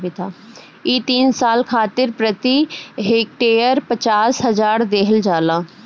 इ तीन साल खातिर प्रति हेक्टेयर पचास हजार देहल जाला